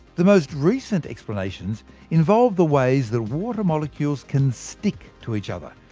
the most recent explanations involve the ways that water molecules can stick to each other.